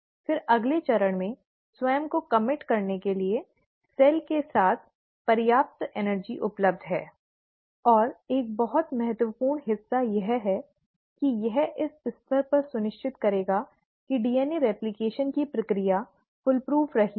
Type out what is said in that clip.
फिर अगले चरण में स्वयं को प्रतिबद्ध करने के लिए सेल के साथ पर्याप्त ऊर्जा उपलब्ध है और एक बहुत महत्वपूर्ण हिस्सा यह है कि यह इस स्तर पर सुनिश्चित करेगा कि डीएनए रेप्लकेशन की प्रक्रिया फूल्प्रूफ रही है